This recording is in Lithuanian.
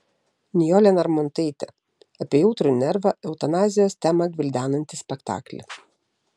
nijolė narmontaitė apie jautrų nervą eutanazijos temą gvildenantį spektaklį